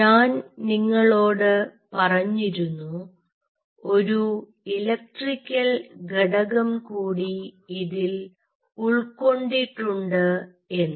ഞാൻ നിങ്ങളോട് പറഞ്ഞിരുന്നു ഒരു ഇലക്ട്രിക്കൽ ഘടകം കൂടി ഇതിൽ ഉൾക്കൊണ്ടിട്ടുണ്ട് എന്ന്